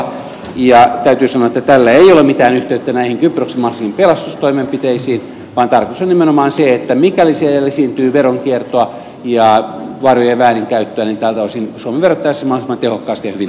täytyy sanoa että tällä ei ole mitään yhteyttä näihin kyproksen mahdollisiin pelastustoimenpiteisiin vaan tarkoitus on nimenomaan se että mikäli siellä esiintyy veronkiertoa ja varojen väärinkäyttöä niin tältä osin suomen verottaja saa mahdollisimman tehokkaasti ja hyvin tietoja suomeen